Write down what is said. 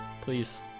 please